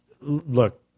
look